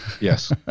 Yes